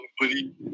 buddy